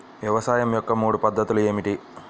వ్యవసాయం యొక్క మూడు పద్ధతులు ఏమిటి?